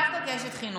דווקא כאשת חינוך.